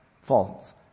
false